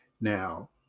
Now